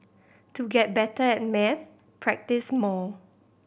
to get better at maths practise more